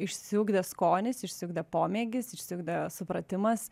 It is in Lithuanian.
išsiugdė skonis išsiugdė pomėgis išsiugdė supratimas